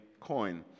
coin